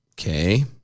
Okay